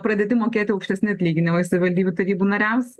pradėti mokėti aukštesni atlyginimai savivaldybių tarybų nariams